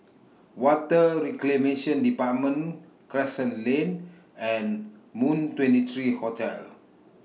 Water Reclamation department Crescent Lane and Moon twenty three Hotel